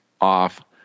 off